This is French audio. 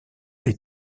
les